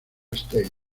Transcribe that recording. state